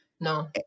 No